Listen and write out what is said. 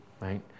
right